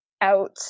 out